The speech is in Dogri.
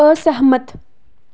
असैह्मत